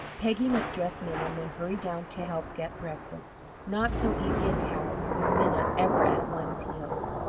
peggy must dress minna and then hurry down to help get breakfast not so easy a task with minna ever at one's heels.